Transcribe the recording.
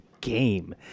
game